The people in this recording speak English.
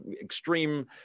extreme